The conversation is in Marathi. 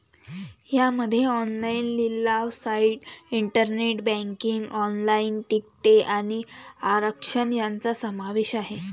यामध्ये ऑनलाइन लिलाव साइट, इंटरनेट बँकिंग, ऑनलाइन तिकिटे आणि आरक्षण यांचा समावेश आहे